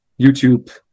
YouTube